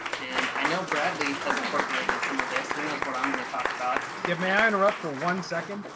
and i know bradley has incorporated some of this. he knows what i'm going to talk about it. may i interrupt for one second?